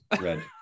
red